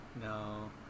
No